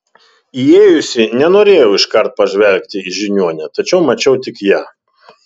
įėjusi nenorėjau iškart pažvelgti į žiniuonę tačiau mačiau tik ją